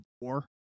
war